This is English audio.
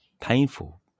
painful